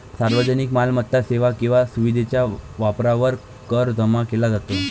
सार्वजनिक मालमत्ता, सेवा किंवा सुविधेच्या वापरावर कर जमा केला जातो